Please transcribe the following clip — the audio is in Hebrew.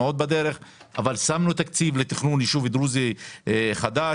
בדרך אבל שמנו תקציב לתכנון ישוב דרוזי חדש.